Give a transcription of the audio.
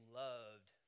loved